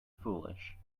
foolish